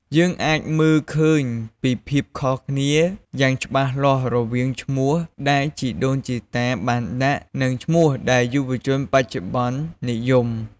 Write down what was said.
យើងអាចមើលឃើញពីភាពខុសគ្នាយ៉ាងច្បាស់លាស់រវាងឈ្មោះដែលជីដូនជីតាបានដាក់ និងឈ្មោះដែលយុវជនបច្ចុប្បន្ននិយម។